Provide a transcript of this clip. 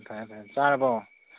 ꯐꯔꯦ ꯐꯔꯦ ꯆꯥꯔꯕꯣ